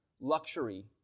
luxury